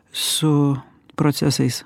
su procesais